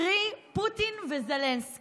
קרי, פוטין וזלנסקי.